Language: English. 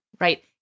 Right